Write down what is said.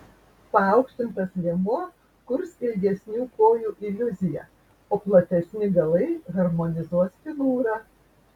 paaukštintas liemuo kurs ilgesnių kojų iliuziją o platesni galai harmonizuos figūrą